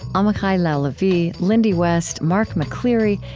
amichai lau-lavie, lindy west, mark mccleary,